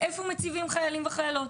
איפה מציבים חיילים וחיילות.